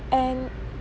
and